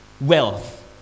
wealth